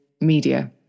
media